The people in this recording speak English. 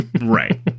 Right